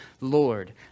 Lord